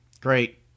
Great